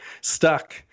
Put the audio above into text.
stuck